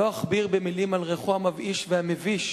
לא אכביר מלים על ריחו המבאיש והמביש